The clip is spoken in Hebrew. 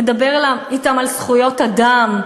לדבר אתם על זכויות אדם.